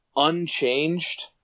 Unchanged